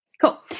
Cool